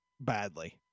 badly